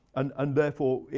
and and therefore,